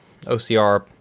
OCR